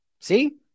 See